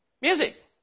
Music